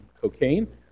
cocaine